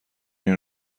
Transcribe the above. این